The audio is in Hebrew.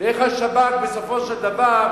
ואיך השב"כ, בסופו של דבר,